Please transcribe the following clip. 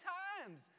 times